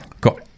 got